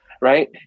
right